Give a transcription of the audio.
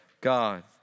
God